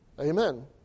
Amen